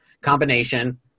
combination